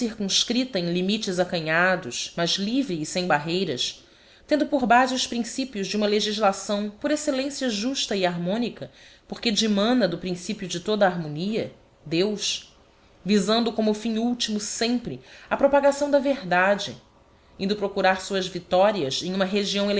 circurascripta em limites acanhados mas livre e sem barreiras tendo por base os princípios de uma legislação por excellencia justa e harmónica porque dimana do principio de toda a harmonia deus visando como fim ultimo sempre a propagação da verdigiti zedby google dade indo procurar suas victorias em uma região